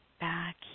back